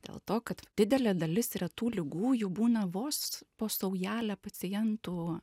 dėl to kad didelė dalis retų ligų jų būna vos po saujelę pacientų